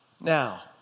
Now